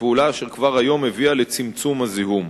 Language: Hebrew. פעולה אשר כבר היום הביאה לצמצום הזיהום.